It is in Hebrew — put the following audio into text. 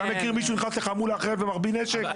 אתה מכיר מישהו שנכנס לחמולה אחרת ומחביא נשק?